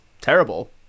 terrible